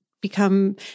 become